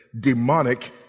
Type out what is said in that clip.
demonic